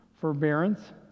forbearance